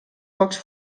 pocs